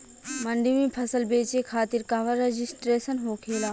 मंडी में फसल बेचे खातिर कहवा रजिस्ट्रेशन होखेला?